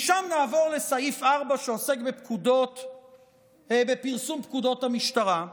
משם נעבור לסעיף 4, שעוסק בפרסום פקודות המשטרה.